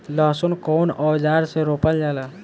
लहसुन कउन औजार से रोपल जाला?